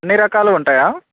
అన్ని రకాలు ఉంటాయా